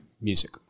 music